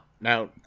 Now